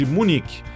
Munique